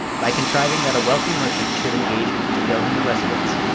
by contriving that a wealthy merchant should engage me to build him a residence.